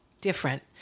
different